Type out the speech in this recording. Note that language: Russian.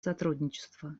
сотрудничества